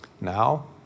Now